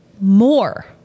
more